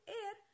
air